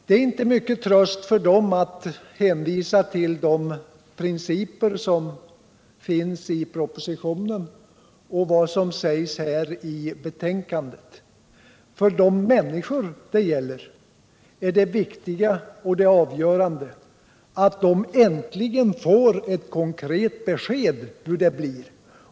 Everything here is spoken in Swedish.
Det är inte mycken tröst för dem att hänvisa till de principer som finns i propositionen och vad som sägs i betänkandet. För de människor det gäller är det viktiga och det avgörande att äntligen få ett konkret besked om hur det blir.